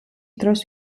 დროს